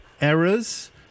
errors